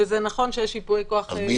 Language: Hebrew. וזה נכון שיש ייפויי כוח מורכבים.